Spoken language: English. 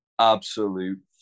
absolute